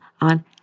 on